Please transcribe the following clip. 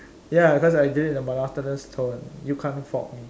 ya cos I did it in a monotonous tone you can't fault me